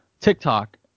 TikTok